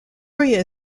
area